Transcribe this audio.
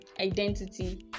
identity